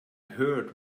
heard